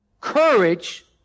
Courage